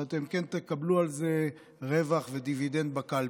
אבל אתם כן תקבלו על זה רווח ודיווידנד בקלפי.